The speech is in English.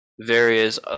various